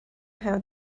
how